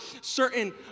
certain